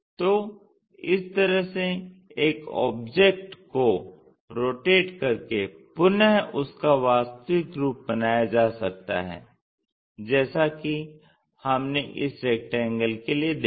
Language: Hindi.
तो इस तरह से एक ऑबजेक्ट को रोटेट कर के पुनः उसका वास्तविक रूप बनाया जा सकता है जैसा कि हमने इस रेक्टेंगल के लिए देखा